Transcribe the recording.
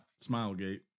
Smilegate